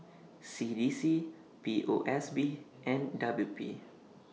C D C P O S B and W P